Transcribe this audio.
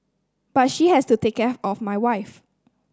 but she has to take care of my wife